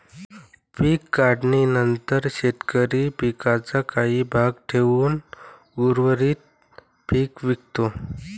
पीक काढणीनंतर शेतकरी पिकाचा काही भाग ठेवून उर्वरित पीक विकतो